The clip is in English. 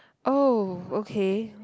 oh okay